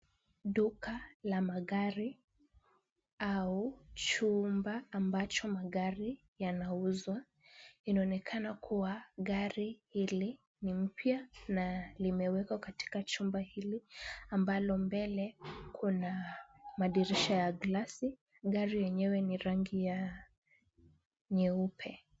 Duka la magari au chumba ambacho magari yanauzwa. Inaonekana kuwa gari hili ni mpya na limewekwa katika chumba hili ambalo mbele kuna madirisha ya glasi, gari yenyewe ni rangi ya nyeupe.